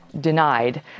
denied